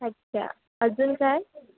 अच्छा अजून काय